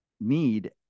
need